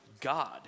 God